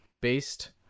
based